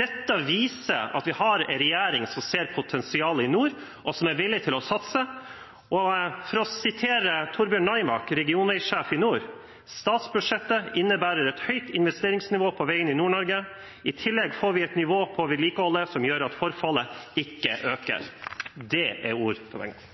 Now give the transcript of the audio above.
Dette viser at vi har en regjering som ser potensialet i nord, og som er villig til å satse. For å sitere Torbjørn Naimak, regionveisjef i nord: «Statsbudsjettet innebærer et fortsatt høyt investeringsnivå på vegene i Nord-Norge. I tillegg får vi et nivå på vedlikeholdet som gjør at forfallet ikke øker». Det er ord for pengene.